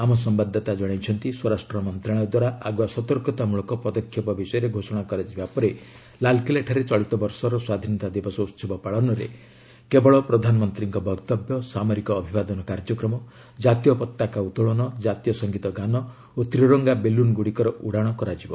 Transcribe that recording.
ଆମ ସମ୍ବାଦଦାତା ଜଣାଇଛନ୍ତି ସ୍ୱରାଷ୍ଟ୍ର ମନ୍ତ୍ରଣାଳୟ ଦ୍ୱାରା ଆଗୁଆ ସତର୍କତା ମୂଳକ ପଦକ୍ଷେପ ବିଷୟରେ ଘୋଷଣା କରାଯିବା ପରେ ଲାଲକିଲ୍ଲାଠାରେ ଚଳିତ ବର୍ଷର ସ୍ୱାଧୀନତା ଦିବସ ଉହବ ପାଳନରେ କେବଳ ପ୍ରଧାନମନ୍ତ୍ରୀଙ୍କ ବକ୍ତବ୍ୟ ସାମରିକ ଅଭିବାଦନ କାର୍ଯ୍ୟକ୍ରମ ଜାତୀୟ ପତାକା ଉତ୍ତୋଳନ ଜାତୀୟ ସଂଗୀତ ଗାନ ଓ ତ୍ରୀରଙ୍ଗା ବେଲୁନ ଗୁଡ଼ିକର ଉଡ଼ାଣ କରାଯିବ